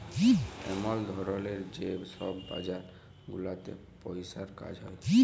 এমল ধরলের যে ছব বাজার গুলাতে পইসার কাজ হ্যয়